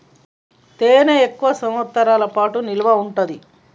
తేనె ఎక్కువ సంవత్సరాల పాటు నిల్వ ఉంటాది